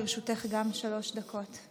גם לרשותך שלוש דקות.